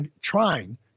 trying